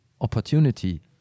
opportunity